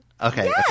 Okay